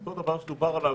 אותו דבר שדובר עליו,